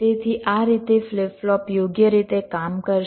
તેથી આ રીતે ફ્લિપ ફ્લોપ યોગ્ય રીતે કામ કરશે